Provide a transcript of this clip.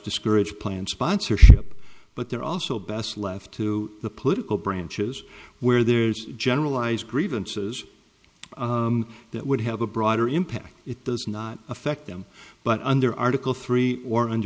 discourage plan sponsorship but they're also best left to the political branches where there's generalized grievances that would have a broader impact it does not affect them but under article three or